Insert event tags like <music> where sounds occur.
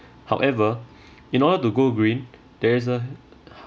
however <breath> in order to go green there's a